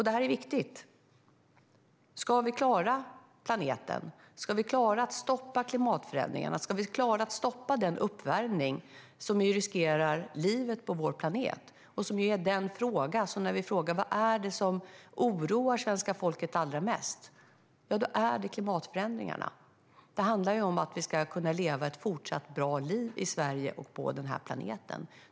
Det är viktigt för att vi ska klara planeten, för att stoppa klimatförändringarna och för att stoppa den uppvärmning som riskerar livet på vår planet. När vi frågar vad det är som oroar svenska folket allra mest är svaret klimatförändringarna. Det handlar om att vi ska kunna leva ett fortsatt bra liv i Sverige och på planeten.